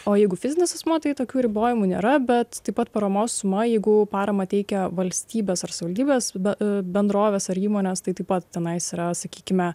o jeigu fizinis asmuo tai tokių ribojimų nėra bet taip pat paramos suma jeigu paramą teikia valstybės ar savivaldybės bendrovės ar įmonės taip pat tenai jis yra sakykime